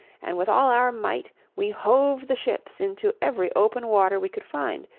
and with all our might we hove the ships into every open water we could find,